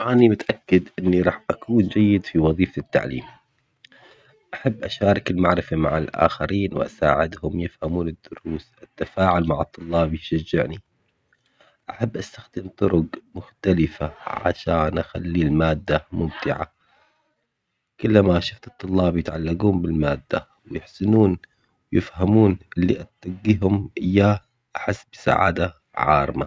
أني متأكد إني راح أكون جيد في وظيفة التعليم، أحب أشارك المعرفة مع الآخرين وأساعدهم يفهمون الدروس، التفاعل مع الطلاب يشجعني، أحب أستخدم طرق مختلفة عشان أخلي المادة ممتعة، كلما شفت الطلاب يتعلقون بالمادة ويحسنون ويفهمون اللي أدقيهم إياه أحس بسعادة عارمة.